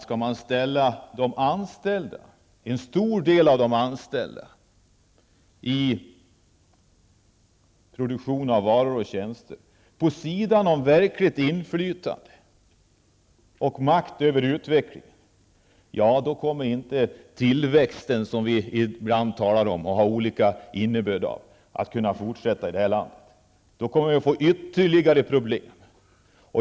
Skall man ställa en stor del av de anställda i produktionen av varor och tjänster vid sidan av verkligt inflytande och makt över utvecklingen, kommer inte den tillväxt vi ibland talar om och ger olika innebörd att kunna fortsätta i det här landet. Då kommer vi att få ytterligare problem.